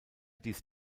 dies